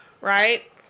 right